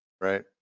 Right